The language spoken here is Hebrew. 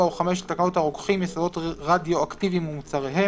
4 או 5 לתקנות הרוקחים (יסודות רדיואקטיביים ומוצריהם),